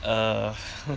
err